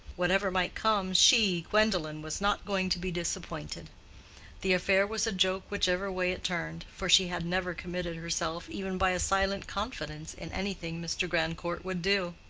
whatever might come, she, gwendolen, was not going to be disappointed the affair was a joke whichever way it turned, for she had never committed herself even by a silent confidence in anything mr. grandcourt would do.